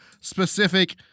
specific